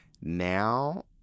now